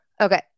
Okay